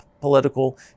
political